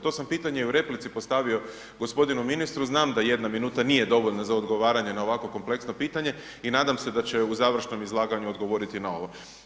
To sam pitanje i u replici postavio g. ministru, znam da 1 minuta nije dovoljna za odgovaranje na ovako kompleksno pitanje i nadam da će u završnom izlaganju odgovoriti na ovo.